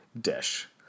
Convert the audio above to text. dish